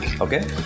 Okay